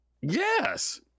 Yes